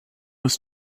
was